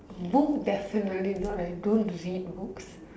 book definitely not I don't read books